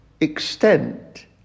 extent